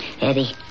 Eddie